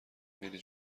میری